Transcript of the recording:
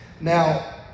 Now